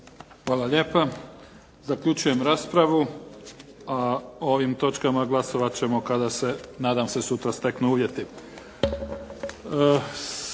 Hvala lijepa. Zaključujem raspravu. O ovim točkama glasovat ćemo kada se, nadam se, sutra steknu uvjeti.